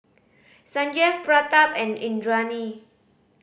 Sanjeev Pratap and Indranee